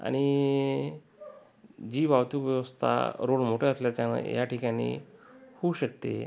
आणि जी वाहतूक व्यवस्था रोड मोठे असल्यानं या ठिकाणी होऊ शकते